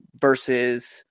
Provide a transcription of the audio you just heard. versus